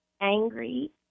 angry